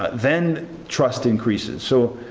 ah then trust increases. so